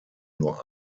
nur